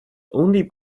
only